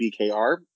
BKR